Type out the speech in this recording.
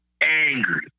angry